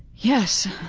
yes.